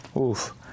Oof